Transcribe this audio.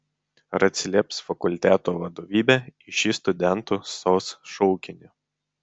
ar atsilieps fakulteto vadovybė į šį studentų sos šaukinį